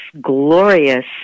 glorious